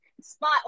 spot